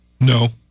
No